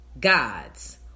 God's